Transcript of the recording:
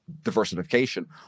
diversification